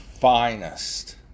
finest